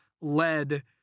led